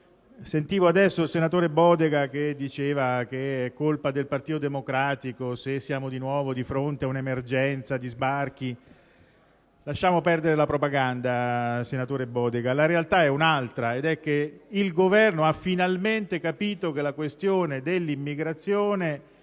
dell'immigrazione. Il senatore Bodega ha detto ora che è colpa del Partito Democratico se siamo di nuovo di fronte ad un'emergenza sbarchi. Lasciamo perdere la propaganda, senatore Bodega, la realtà è un'altra: il Governo ha finalmente capito che la questione dell'immigrazione,